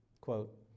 Quote